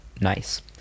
nice